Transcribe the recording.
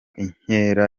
inkera